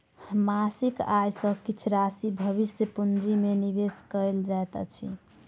मासिक आय सॅ किछ राशि भविष्य पूंजी में निवेश कयल जाइत अछि